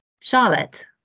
Charlotte